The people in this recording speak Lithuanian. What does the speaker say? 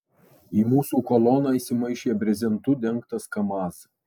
į mūsų koloną įsimaišė brezentu dengtas kamaz